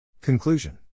Conclusion